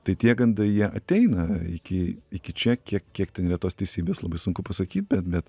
tai tie gandai jie ateina iki iki čia kiek kiek ten yra tos teisybės labai sunku pasakyt bet bet